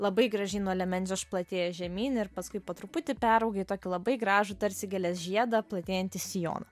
labai gražiai nuo liemens išplatėja žemyn ir paskui po truputį perauga į tokį labai gražų tarsi gėlės žiedą platėjantį sijoną